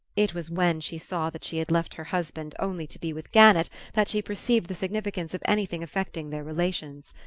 it was when she saw that she had left her husband only to be with gannett that she perceived the significance of anything affecting their relations.